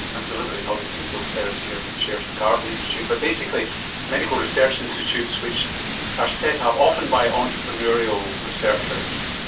i'm deliberately not looking at bill ferris here who chairs the garvan institute, but basically medical research institutes which are set up, often by entrepreneurial researchers,